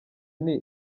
nti